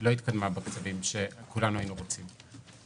לא התקדמה בקצב שכולנו היינו רוצים.